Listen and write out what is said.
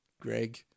Greg